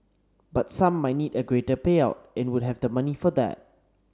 but some might need a greater payout and would have the money for that